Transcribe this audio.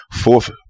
fourth